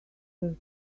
search